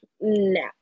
no